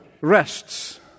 rests